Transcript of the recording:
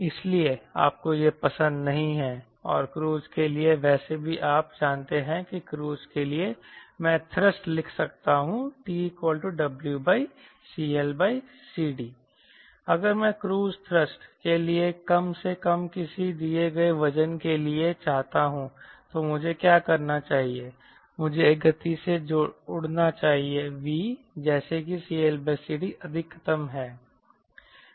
इसलिए आपको यह पसंद नहीं है और क्रूज के लिए वैसे भी आप जानते हैं कि क्रूज के लिए मैं थ्रस्ट लिख सकता हूं TWCLCD अगर मैं क्रूज़ थ्रस्ट के लिए कम से कम किसी दिए गए वजन के लिए चाहता हूं तो मुझे क्या करना चाहिए मुझे एक गति से उड़ना चाहिए V जैसे कि CLCD अधिकतम है